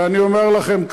ואני אומר לכם,